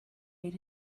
made